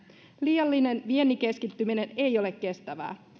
liiallinen viennin keskittyminen ei ole kestävää